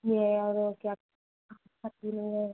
ये और क्या शक्ति नहीं है